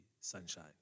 Sunshine